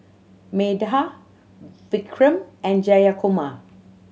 Medha Vikram and Jayakumar